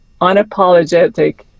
unapologetic